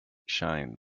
shine